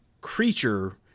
creature